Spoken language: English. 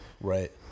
Right